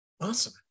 Awesome